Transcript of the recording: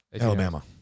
Alabama